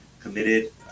committed